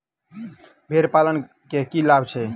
भेड़ पालन केँ की लाभ छै?